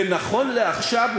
ונכון לעכשיו,